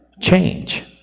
change